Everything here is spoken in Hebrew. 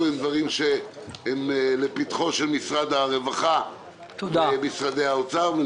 הם דברים שלפתחו של משרד הרווחה ומשרד האוצר.